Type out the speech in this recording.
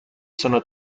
sono